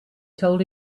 told